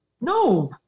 No